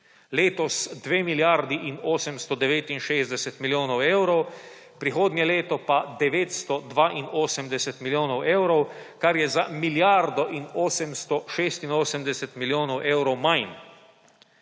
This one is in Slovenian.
letos dve milijardi in 869 milijonov evrov, prihodnje leto pa 982 milijonov evrov, kar je za milijardo in 886 milijonov evrov manj.